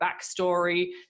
backstory